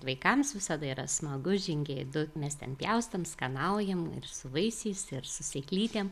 vaikams visada yra smagu žingeidu mes ten pjaustom skanaujam ir su vaisiais ir su sėklytėm